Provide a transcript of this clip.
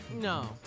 No